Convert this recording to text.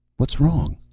what's wrong?